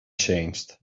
changed